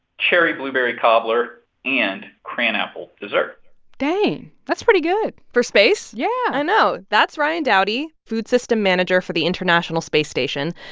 cherry-blueberry cobbler and cran-apple dessert dang. that's pretty good for space? yeah i know. that's ryan dowdy, food system manager for the international space station.